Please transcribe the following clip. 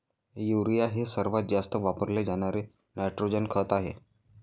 urea हे सर्वात जास्त वापरले जाणारे नायट्रोजन खत आहे